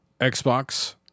Xbox